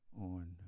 on